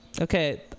Okay